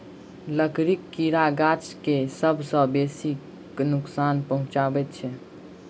लकड़ीक कीड़ा गाछ के सभ सॅ बेसी क नोकसान पहुचाबैत छै